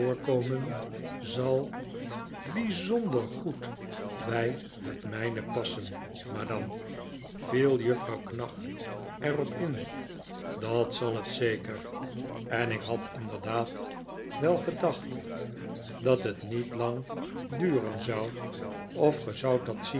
voorkomen zal bijzonder goed bij het mijne passen madame viel juffrouw knag er op in dat zal het zeker en ik had inderdaad wel gedacht dat het niet lang duren zou of ge zoudt